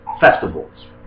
festivals